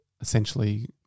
essentially